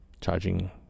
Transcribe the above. charging